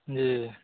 जी